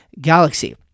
galaxy